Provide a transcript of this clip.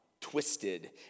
twisted